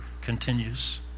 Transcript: continues